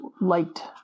liked